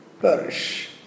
perish